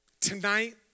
Tonight